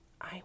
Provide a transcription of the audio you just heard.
I